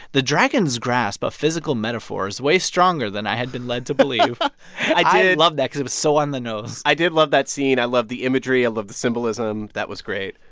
the dragons' grasp of physical metaphor is way stronger than i had been led to believe i did. i loved that because it was so on the nose i did love that scene. i loved the imagery. i loved the symbolism. that was great.